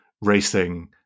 racing